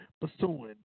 pursuing